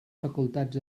facultats